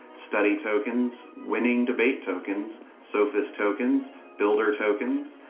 study tokens, winning debate tokens, sophist tokens, builder tokens,